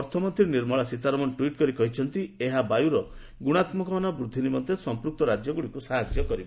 ଅର୍ଥ ମନ୍ତ୍ରୀ ନିର୍ମଳା ସୀତାରମଣ ଟ୍ୱିଟ୍ କରି କହିଛନ୍ତି ଏହା ବାୟୁର ଗୁଣାତ୍ମକମାନ ବୃଦ୍ଧି ନିମନ୍ତେ ସଂପ୍କୃକ୍ତ ରାଜ୍ୟଗୁଡ଼ିକୁ ସାହାଯ୍ୟ କରିବ